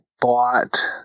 bought